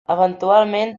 eventualment